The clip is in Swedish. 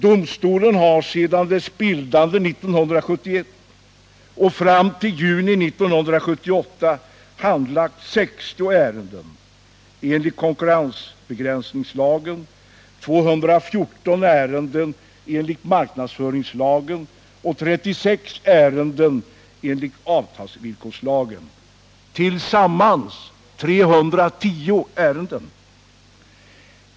Domstolen har sedan bildandet 1971 och fram till juni 1978 handlagt 60 ärenden enligt konkurrensbegränsningslagen, 214 ärenden enligt marknadsföringslagen och 36 ärenden enligt avtalsvillkorslagen — tillsammans 310 ärenden.